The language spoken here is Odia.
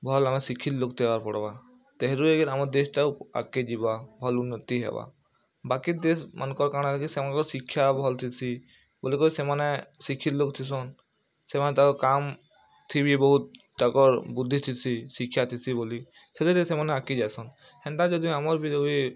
ଭଲ୍ ଆମେ ଶିକ୍ଷିତ୍ ଲୋକ୍ଟେ ହେବାର୍ ପଡ଼୍ବା ତେହିଁରୁ ଜାକି ଆମର୍ ଦେଶ୍ଟା ଉପ୍ ଆଗ୍କେ ଯିବା ଭଲ୍ ଉନ୍ନତି ହେବା ବାକି ଦେଶ୍ମାନଙ୍କର୍ କାଣା କି ସେମାଙ୍କର୍ ଶିକ୍ଷା ଭଲ୍ ଥିସି ବାଲିକରି ସେମାନେ ଶିଖିତ୍ ଲୋକ୍ ଥିସନ୍ ସେମାନେ ତାକର୍ କାମ୍ ଥି ବି ବହୁତ୍ ତାକର୍ ବୁଦ୍ଧି ଥିସି ଶିକ୍ଷା ଥିସି ବଲି ସେଥିର୍ ଲାଗି ସେମାନେ ଆଗ୍କେ ଯାଏସନ୍ ହେନ୍ତା ଯଦି ଆମର୍ ବି